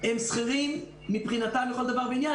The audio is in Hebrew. הם שכירים לכל דבר ועניין.